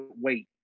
wait